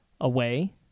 away